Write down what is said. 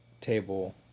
table